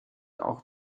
auch